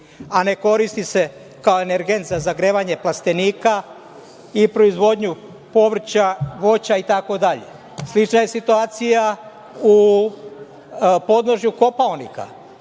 a ne koriti se kao energent za zagrevanje plastenika i proizvodnju povrća, voća, itd. Slična je situacija u podnožju Kopaonika